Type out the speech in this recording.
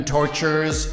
Tortures